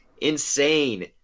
insane